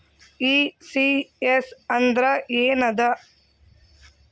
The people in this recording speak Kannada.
ಈ.ಸಿ.ಎಸ್ ಅಂದ್ರ ಏನದ?